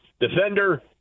defender